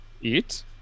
eat